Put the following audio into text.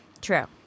True